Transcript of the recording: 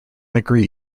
agreed